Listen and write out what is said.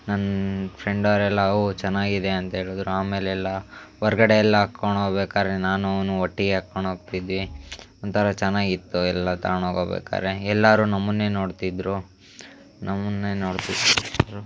ನನ್ನ ಫ್ರೆಂಡ್ ಅವರೆಲ್ಲ ಓಹ್ ಚೆನ್ನಾಗಿದೆ ಅಂತೇಳಿದ್ರ್ ಆಮೇಲೆಲ್ಲ ಹೊರಗಡೆ ಎಲ್ಲ ಹಾಕ್ಕೊಂಡ್ ಹೋಗ್ಬೇಕಾದ್ರೆ ನಾನು ಅವನು ಒಟ್ಟಿಗೇ ಹಾಕ್ಕೊಂಡ್ ಹೋಗ್ತಿದ್ವಿ ಒಂಥರ ಚೆನ್ನಾಗಿತ್ತು ಎಲ್ಲ ತಗಂಡು ಹೋಗ್ಬೇಕಾದ್ರೆ ಎಲ್ಲರೂ ನಮ್ಮನ್ನೇ ನೋಡ್ತಿದ್ದರು ನಮ್ಮನ್ನೇ ನೋಡಿ